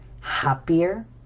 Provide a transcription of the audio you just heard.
happier